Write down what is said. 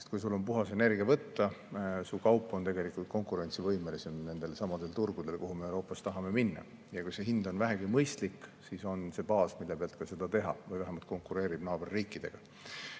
Kui sul on puhas energia võtta, siis su kaup on konkurentsivõimelisem nendelsamadel turgudel, kuhu me Euroopas tahame minna, ja kui see hind on vähegi mõistlik, siis on see baas, mille pealt saab seda teha või vähemalt naaberriikidega